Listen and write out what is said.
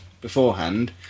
beforehand